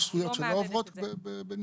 יש זכויות שלא עוברות בניוד?